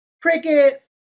crickets